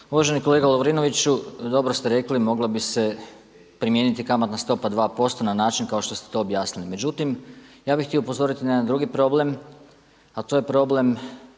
Uvaženi kolega Lovrinoviću dobro ste rekli moglo bi se primijeniti kamatna stopa 2% na način kao što ste to objasnili. Međutim, ja bih htio upozoriti na jedan drugi problem a to je problem